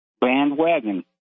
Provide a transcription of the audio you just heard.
bandwagon